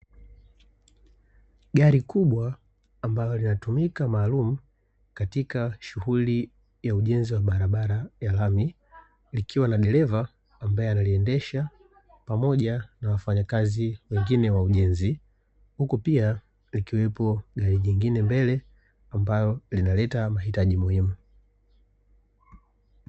Gari kubwa ambalo linatumika maalumu katika shughuli ya ujenzi wa barabara ya lami, likiwa na dereva ambaye analiendesha, pamoja na wafanyakazi wengine wa ujenzi, huku pia likiwepo gari jingine mbele, ambalo linaleta mahitaji muhimu.